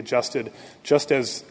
adjusted just as